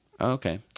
Okay